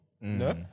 No